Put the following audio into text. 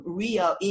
real